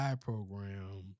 program